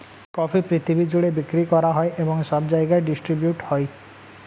coffee পৃথিবী জুড়ে বিক্রি করা হয় এবং সব জায়গায় ডিস্ট্রিবিউট হয়